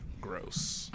gross